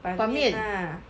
拌面 lah